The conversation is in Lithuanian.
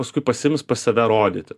paskui pasiims pas save rodyti